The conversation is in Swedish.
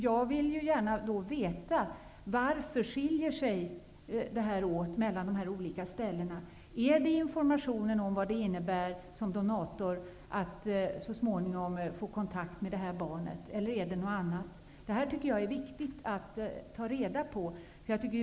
Jag vill gärna veta varför det skiljer sig åt mellan dessa olika orter. Beror det på informationen om vad det innebär att som donator så småningom få kontakt med detta barn, eller beror det på någonting annat? Jag tycker att detta är viktigt att ta reda på.